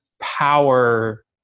power